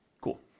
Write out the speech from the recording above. Cool